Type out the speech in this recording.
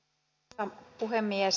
arvoisa puhemies